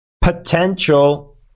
potential